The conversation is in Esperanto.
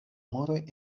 muroj